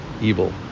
evil